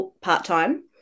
part-time